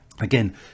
Again